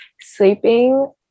sleeping